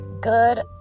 good